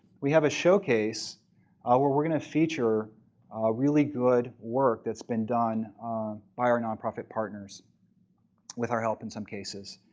we have a showcase where we're going to feature really good work that's been done by our nonprofit partners with our help in some cases.